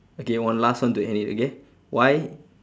okay one last one to end it okay why